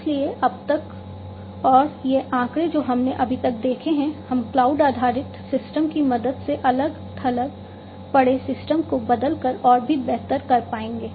इसलिए अब तक और यह आंकड़े जो हमने अभी तक देखे हैं हम क्लाउड आधारित सिस्टम की मदद से अलग थलग पड़े सिस्टम को बदलकर और भी बेहतर कर पाएंगे